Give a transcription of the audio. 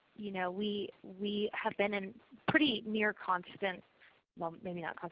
you know we we have been in pretty near constant maybe not